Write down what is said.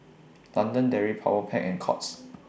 London Dairy Powerpac and Courts